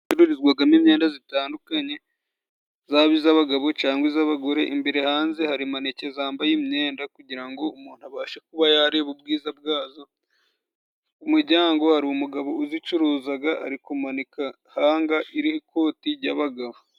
Inzu icururizwagamo imyenda zitandukanye zaba iz'abagabo, cangwa iz'abagore imbere hanze hari maneke zambaye imyenda kugira ngo umuntu abashe kuba yareba ubwiza bwazo, ku mujyango hari umugabo uzicuruzaga ari kumanika hanga iriho ikoti jy'abagabo.